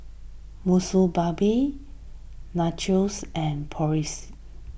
Monsunabe Nachos and Boris